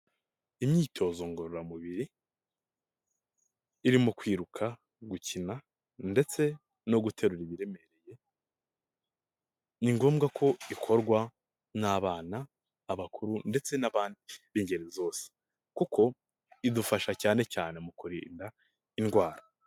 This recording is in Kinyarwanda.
Imyitozo ngororamubiri irimo kwiruka gukina ndetse no guterura ibiremereye ni ngombwa ko ikorwa n'abana, abakuru ndetse n'abandi b'ingeri zose kuko idufasha cyane cyane mu kurinda indwara.